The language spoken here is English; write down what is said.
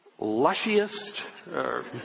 lushiest